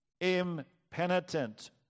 impenitent